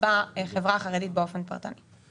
בחברה החרדית באופן פרטני.